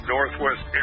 Northwest